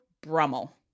Brummel